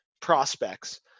prospects